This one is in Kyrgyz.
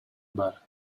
бар